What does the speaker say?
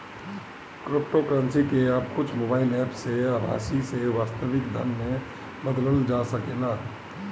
cryptocurrency के अब कुछ मोबाईल एप्प से आभासी से वास्तविक धन में बदलल जा सकेला